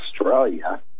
Australia